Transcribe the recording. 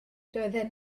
doedden